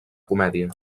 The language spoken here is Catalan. comèdia